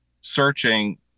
searching